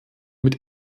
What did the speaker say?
mit